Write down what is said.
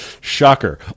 Shocker